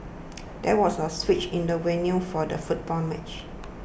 there was a switch in the venue for the football match